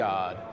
God